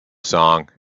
song